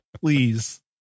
please